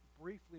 briefly